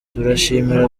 turashimira